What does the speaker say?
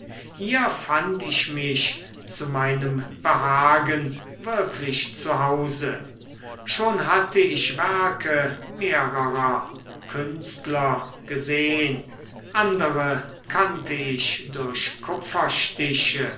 hier fand ich mich zu meinem behagen wirklich zu hause schon hatte ich werke mehrerer künstler gesehn andere kannte ich durch kupferstiche